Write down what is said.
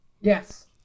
Yes